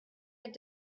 had